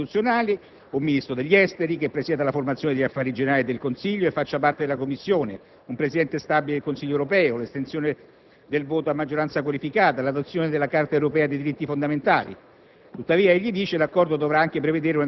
innovazioni introdotte nel Trattato costituzionale (un Ministro degli esteri che presieda la Commissione affari generali del Consiglio e faccia parte della Commissione, un Presidente stabile del Consiglio europeo, l'estensione del voto a maggioranza qualificata, l'adozione della Carta europea dei diritti fondamentali).